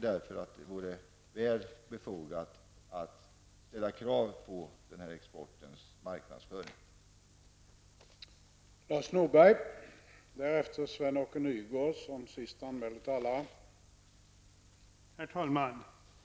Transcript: Därför är det befogat att ställa krav på marknadsföringen vid export av alkoholdrycker och tobaksvaror.